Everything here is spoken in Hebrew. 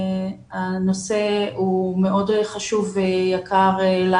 הנושא הוא מאוד חשוב ויקר לנו.